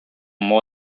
more